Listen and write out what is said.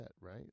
right